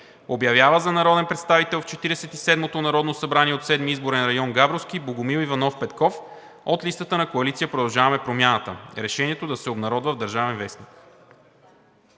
Обявява за народен представител в Четиридесет и седмото народно събрание от Седми изборен район – Габровски, Богомил Иванов Петков от листата на Коалиция „Продължаваме Промяната“. Решението да се обнародва в „Държавен вестник“.“